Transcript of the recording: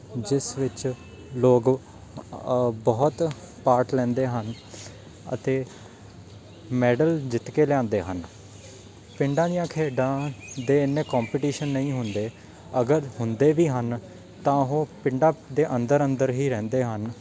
ਜਿਸ ਵਿੱਚ ਲੋਕ ਅ ਬਹੁਤ ਪਾਰਟ ਲੈਂਦੇ ਹਨ ਅਤੇ ਮੈਡਲ ਜਿੱਤ ਕੇ ਲਿਆਉਂਦੇ ਹਨ ਪਿੰਡਾਂ ਦੀਆਂ ਖੇਡਾਂ ਦੇ ਇੰਨੇ ਕੋਂਪਟੀਸ਼ਨ ਨਹੀਂ ਹੁੰਦੇ ਅਗਰ ਹੁੰਦੇ ਵੀ ਹਨ ਤਾਂ ਉਹ ਪਿੰਡਾਂ ਦੇ ਅੰਦਰ ਅੰਦਰ ਹੀ ਰਹਿੰਦੇ ਹਨ